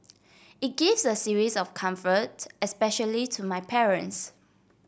it gives a series of comfort especially to my parents